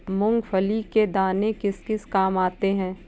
मूंगफली के दाने किस किस काम आते हैं?